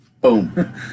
Boom